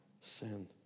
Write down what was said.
sin